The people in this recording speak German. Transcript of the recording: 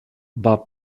war